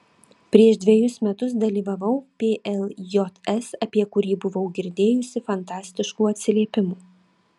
prieš dvejus metus dalyvavau pljs apie kurį buvau girdėjusi fantastiškų atsiliepimų